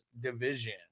division